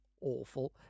awful